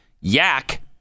Yak